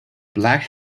black